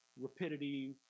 rapidity